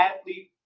athlete